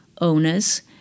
owners